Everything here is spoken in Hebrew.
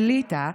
האליטה,